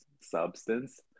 substance